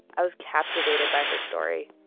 i was captivated by her story.